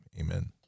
Amen